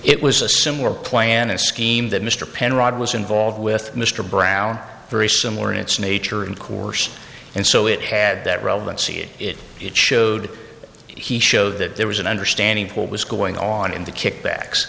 it was a similar plan a scheme that mr penrod was involved with mr brown very similar in its nature and coarse and so it had that relevancy it it it showed he showed that there was an understanding of what was going on in the kickbacks